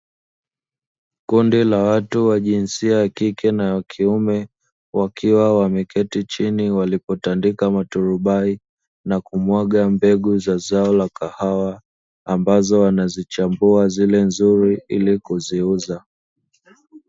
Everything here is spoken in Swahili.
Kundi la watu wa jinsia ya kike na ya kiume wakiwa wameketi chini walipotandika maturubai, na kumwaga mbegu za zao la kahawa ambazo wanazichambua zile nzuri ili kuziuza.